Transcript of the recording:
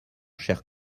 chers